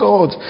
God